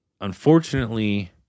Unfortunately